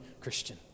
Christian